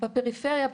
בפריפריה,